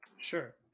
Sure